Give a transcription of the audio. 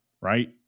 right